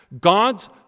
God's